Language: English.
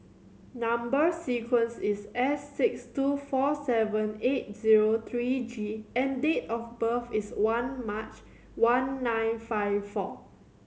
number sequence is S six two four seven eight zero three G and date of birth is one March one nine five four